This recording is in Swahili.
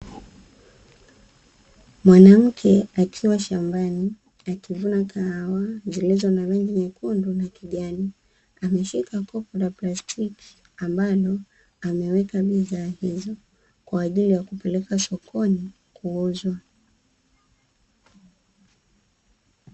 Mwanamke akiwa shambani, akivuna kahawa zilizo na rangi nyekundu na kijani, ameshika kopo la plastiki ambalo ameweka bidhaa hizo kwa ajili ya kupeleka sokoni kuuzwa.